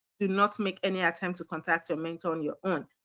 do not make any attempt to contact your mentor on your own.